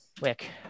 Wick